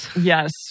Yes